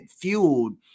fueled